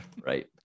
right